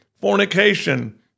fornication